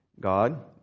God